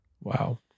Wow